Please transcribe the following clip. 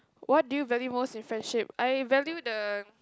what do you value most in friendship I value the